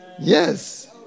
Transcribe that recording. Yes